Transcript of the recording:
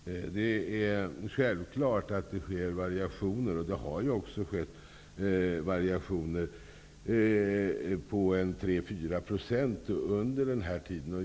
Fru talman! Det är självklart att det sker variationer. Det har också skett variationer på 3-- 4 % under den här tiden.